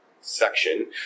section